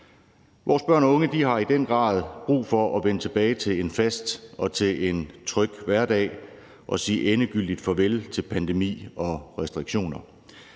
Vores børn og unge har i den grad brug for at vende tilbage til en fast og tryg hverdag og at kunne sige endegyldigt farvel til pandemi og restriktioner,